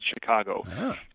Chicago